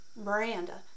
Miranda